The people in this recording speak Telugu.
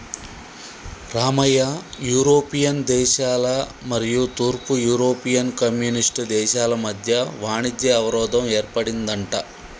రామయ్య యూరోపియన్ దేశాల మరియు తూర్పు యూరోపియన్ కమ్యూనిస్ట్ దేశాల మధ్య వాణిజ్య అవరోధం ఏర్పడిందంట